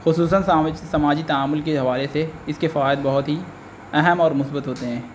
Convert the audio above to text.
خصوصاً سماجی تعامل کے حوارے سے اس کے فوائد بہت ہی اہم اور مثبت ہوتے ہیں